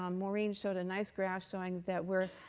um maureen showed a nice graph showing that we're